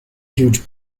huge